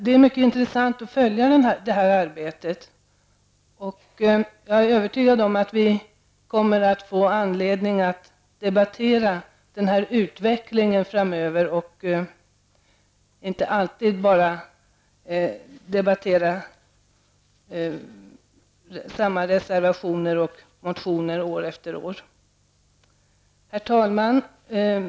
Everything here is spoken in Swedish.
Det är mycket intressant att följa det arbetet, och jag är övertygad om att vi kommer att få anledning att framöver här i kammaren debattera utvecklingen i stället för att år efter år diskutera samma motioner och reservationer. Herr talman!